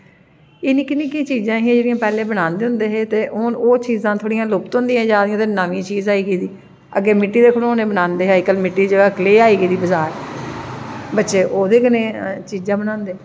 एह् निक्की निक्की चीजां ही जेह्ड़ियां पैह्लें बनांदे होंदे हे ते हून ओह् चीजां थोह्ड़ियां लुप्त होंदियां जा दियां ते नमीं चीज आई गेदी अग्गें मिट्टी दे खलौने बनांदे हे अज्ज कल मिट्टी दी जगह क्ले आई गेदी बजार बच्चे ओह्दे कन्नै चीजां बनांदे